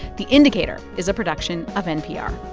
the indicator is a production of npr